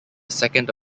second